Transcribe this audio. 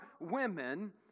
women